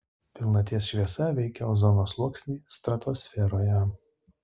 pilnaties šviesa veikia ozono sluoksnį stratosferoje